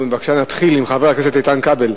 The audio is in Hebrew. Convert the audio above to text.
נתחיל עם חבר הכנסת איתן כבל,